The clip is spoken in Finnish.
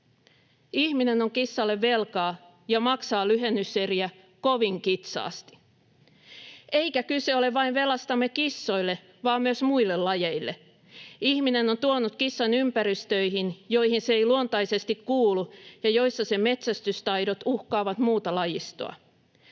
Ihminen on kissalle velkaa ja maksaa lyhennyseriä kovin kitsaasti. Eikä kyse ole vain velastamme kissoille vaan myös muille lajeille. Ihminen on tuonut kissan ympäristöihin, joihin se ei luontaisesti kuulu ja joissa sen metsästystaidot uhkaavat muuta lajistoa.